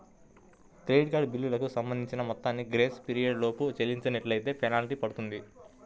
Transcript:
credit card బిల్లులకు సంబంధించిన మొత్తాలను గ్రేస్ పీరియడ్ లోపు చెల్లించనట్లైతే ఫెనాల్టీ పడుతుంది